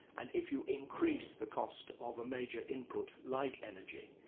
and if you increase the cost of a major input like energy,